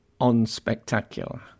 unspectacular